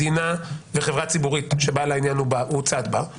מדינה וחברה ציבורית שבעל העניין הוא צד בה,